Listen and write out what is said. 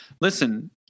Listen